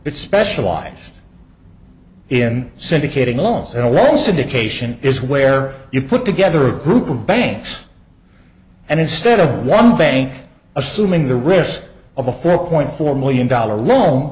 that specialized in syndicating loans and well syndication is where you put together a group of banks and instead of one bank assuming the risk of a four point four million dollar roa